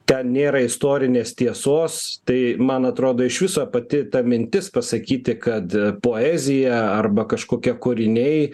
ten nėra istorinės tiesos tai man atrodo iš viso pati ta mintis pasakyti kad poezija arba kažkokie kūriniai